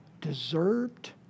deserved